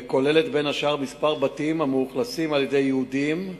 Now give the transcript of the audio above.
וכוללת בין השאר כמה בתים המאוכלסים על-ידי יהודים,